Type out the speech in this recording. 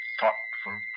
thoughtful